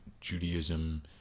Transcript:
Judaism